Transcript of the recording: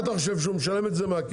אתה חושב שהוא משלם את זה מהכיס?